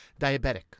diabetic